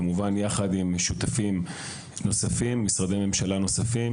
יחד עם משרדי ממשלה נוספים,